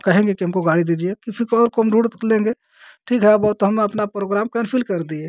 कहेंगे कि हमको गाड़ी दीजिए किसी को और को हम ढूंढ लेंगे ठीक है अब वो तो हम अपना प्रोग्राम कैंसिल कर दिए